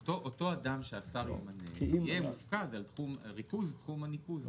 אותו אדם שהשר ימנה יהיה מופקד על ריכוז תחום הניקוז במשרד,